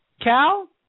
Cal